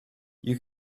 you